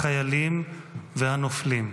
החיילים והנופלים.